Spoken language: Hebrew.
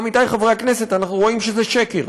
עמיתי חברי הכנסת, אנחנו רואים שזה שקר.